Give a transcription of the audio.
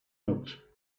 note